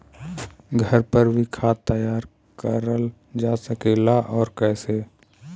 घर पर भी खाद तैयार करल जा सकेला और कैसे?